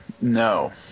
No